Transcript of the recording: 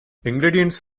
ingredients